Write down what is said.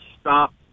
stop